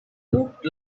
looked